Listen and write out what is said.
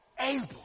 able